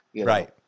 Right